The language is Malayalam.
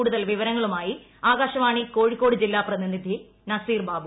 കൂടുതൽ വിവരങ്ങളുമായി ആകാശവാണി കോഴിക്കോട് ജില്ലാ പ്രതിനിധി നസീർ ബാബു